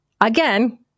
again